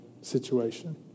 situation